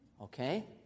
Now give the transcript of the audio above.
Okay